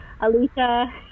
Alicia